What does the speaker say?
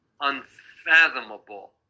Unfathomable